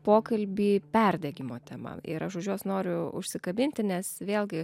pokalbį perdegimo tema ir aš už jos noriu užsikabinti nes vėlgi